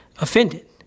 offended